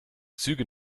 züge